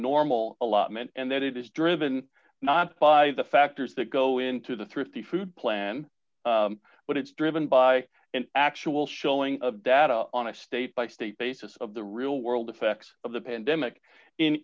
normal allotment and that it is driven not by the factors that go into the thrifty food plan but it's driven by an actual showing of data on a state by state basis of the real world effects of the